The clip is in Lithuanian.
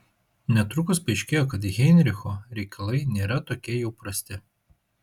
netrukus paaiškėjo kad heinricho reikalai nėra tokie jau prasti